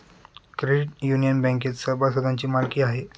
credit union बँकेत सभासदांची मालकी आहे